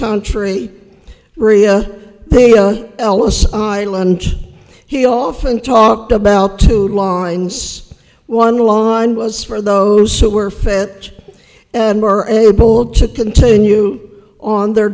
country rhea ellis island he often talked about two lines one line was for those who were fit and were able to continue on their